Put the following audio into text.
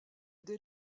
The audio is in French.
des